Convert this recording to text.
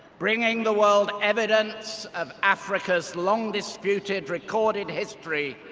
bringing the world evidence of africa's long-disputed recorded history,